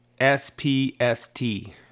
SPST